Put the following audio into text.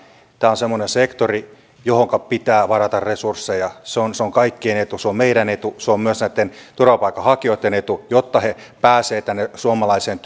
tämä on semmoinen sektori johonka pitää varata resursseja se on se on kaikkien etu se on meidän etumme se on myös näitten turvapaikanhakijoitten etu jotta he pääsevät tänne suomalaiseen